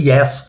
Yes